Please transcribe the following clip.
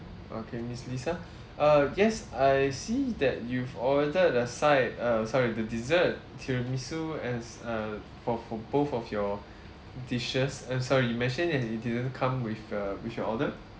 okay ms lisa err yes I see that you've ordered a side uh sorry the dessert tiramisu as uh for for both of your dishes uh sorry you mentioned that it didn't come with uh with your order